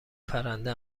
پرنده